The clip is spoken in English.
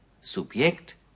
Subjekt